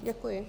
Děkuji.